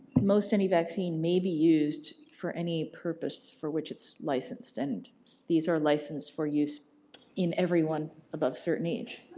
most any vaccine may be used for any purpose for which it's licensed and these are licensed for use in everyone above a certain age,